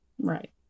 Right